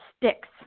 sticks